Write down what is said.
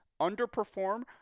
underperform